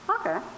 Okay